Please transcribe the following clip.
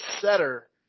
setter